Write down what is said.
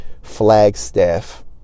Flagstaff